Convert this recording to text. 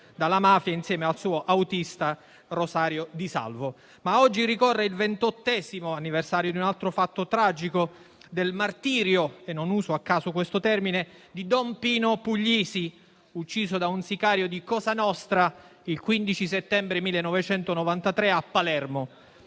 dalla mafia insieme al suo autista Rosario Di Salvo. Oggi, però, ricorre il ventottesimo anniversario di un altro fatto tragico, il martirio - non uso a caso questo termine - di don Pino Puglisi, ucciso da un sicario di cosa nostra il 15 settembre 1993 a Palermo.